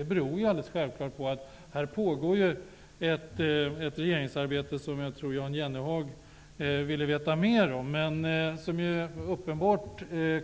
Det beror självfallet på att det pågår ett regeringsarbete, som Jan Jennehag ville veta mera om. Snart